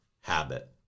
habit